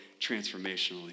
transformationally